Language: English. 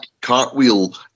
Cartwheel